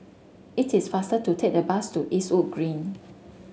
it is faster to take the bus to Eastwood Green